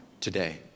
Today